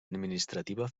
administrativa